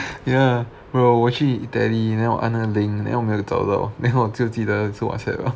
ya bro 我去 tele~ then 我按 link then 我没有找到 then 我就记得是 Whatsapp lor